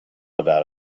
about